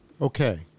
Okay